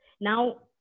Now